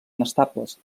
inestables